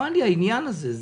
לי העניין הזה,